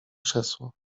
krzesło